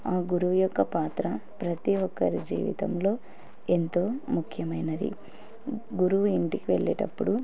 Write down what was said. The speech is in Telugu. ఆ గురువు యొక్క పాత్ర ప్రతి ఒక్కరి జీవితంలో ఎంతో ముఖ్యమైనది గురువు ఇంటికి వెళ్ళేటప్పుడు